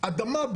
אדמה,